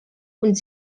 und